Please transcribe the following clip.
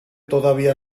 todavía